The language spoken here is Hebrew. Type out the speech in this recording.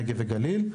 נגב וגליל.